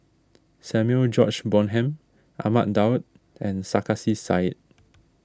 Samuel George Bonham Ahmad Daud and Sarkasi Said